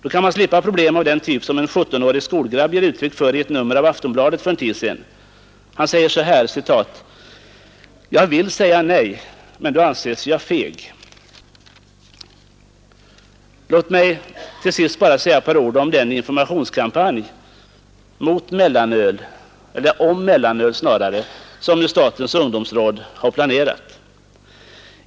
Då kan man slippa problem av den typ som en 17-årig skolgrabb ger uttryck för i ett nummer av Aftonbladet för en tid sedan. Han säger: ”Jag vill säga nej, men då anses jag feg.” Låt mig till sist säga några ord om den informationskampanj om mellanöl som nu statens ungdomsråd har planerat.